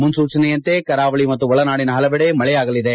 ಮುನ್ಲೂಚನೆಯಂತೆ ಕರಾವಳಿ ಮತ್ತು ಒಳನಾಡಿನ ಹಲವೆಡೆ ಮಳೆಯಾಗಲಿದೆ